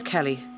Kelly